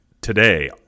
Today